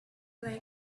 like